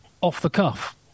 off-the-cuff